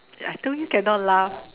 I told you cannot laugh